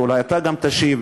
ואולי אתה גם תשיב,